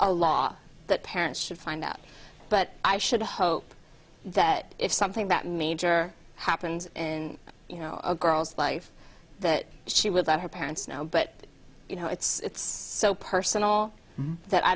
a law that parents should find out but i should hope that if something about major happens in you know a girl's life that she will that her parents know but you know it's so personal that i